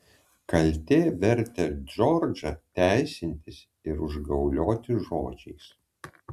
kaltė vertė džordžą teisintis ir užgaulioti žodžiais